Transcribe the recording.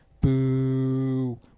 boo